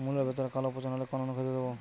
মুলোর ভেতরে কালো পচন হলে কোন অনুখাদ্য দেবো?